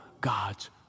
God's